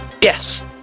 Yes